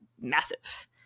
massive